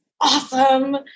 awesome